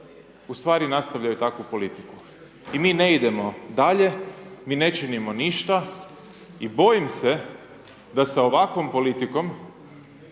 ustvari nastavljaju takvu politiku, i mi ne idemo dalje, mi ne činimo ništa i bojim se da sa ovakvom politikom